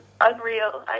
unreal